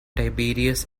tiberius